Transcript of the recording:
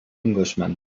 englishman